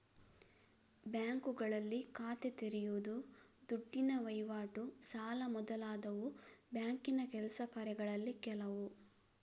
ಬ್ಯಾಂಕುಗಳಲ್ಲಿ ಖಾತೆ ತೆರೆಯುದು, ದುಡ್ಡಿನ ವೈವಾಟು, ಸಾಲ ಮೊದಲಾದವು ಬ್ಯಾಂಕಿನ ಕೆಲಸ ಕಾರ್ಯಗಳಲ್ಲಿ ಕೆಲವು